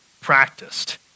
practiced